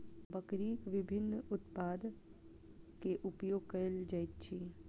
बकरीक विभिन्न उत्पाद के उपयोग कयल जाइत अछि